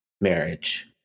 marriage